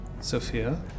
Sophia